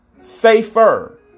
safer